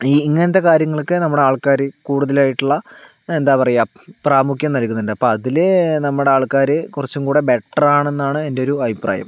ഈ ഇങ്ങനത്തെ കാര്യങ്ങളൊക്കെ നമ്മുടെ ആൾക്കാര് കൂടുതലായിട്ടുള്ള എന്താ പറയുക പ്രാമുഖ്യം നൽകുന്നുണ്ട് അപ്പോൾ അതില് നമ്മുടെ ആൾക്കാര് കുറച്ചും കൂടെ ബെറ്ററാണ് എന്നാണ് എൻ്റെ ഒരു അഭിപ്രായം